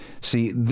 See